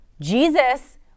Jesus